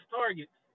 targets